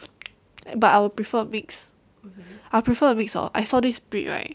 but I'll prefer mix I prefer a mix of I saw this breed right